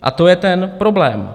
A to je ten problém.